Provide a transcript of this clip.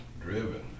driven